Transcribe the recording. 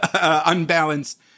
unbalanced